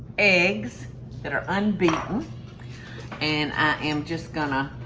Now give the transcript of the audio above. eggs that are unbeaten and i am just gonna,